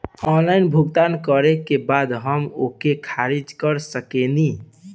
Online भुगतान करे के बाद हम ओके खारिज कर सकेनि?